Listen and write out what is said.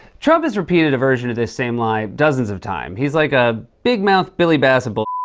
trump has repeated a version of this same lie dozens of times. he's like a big mouth billy bass of bull